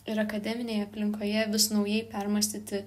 ir akademinėje aplinkoje vis naujai permąstyti